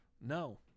No